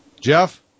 Jeff